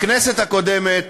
בכנסת הקודמת